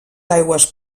aigües